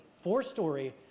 four-story